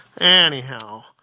Anyhow